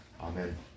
Amen